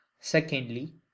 Secondly